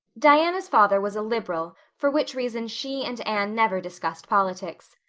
diana's father was a liberal, for which reason she and anne never discussed politics.